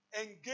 Engage